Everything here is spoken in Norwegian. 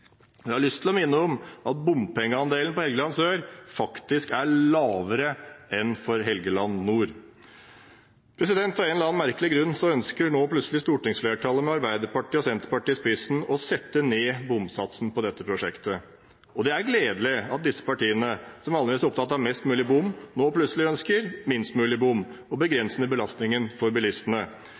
Jeg har også lyst til å minne om at bompengeandelen for Helgeland sør faktisk er lavere enn for Helgeland nord. Av en eller annen merkelig grunn ønsker nå plutselig stortingsflertallet med Arbeiderpartiet og Senterpartiet i spissen å sette ned bomsatsen på dette prosjektet. Det er gledelig at disse partiene, som vanligvis er opptatt av mest mulig bom, nå plutselig ønsker minst mulig bom og å begrense belastningen for bilistene.